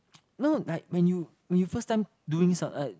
no like when you when you first time doing some like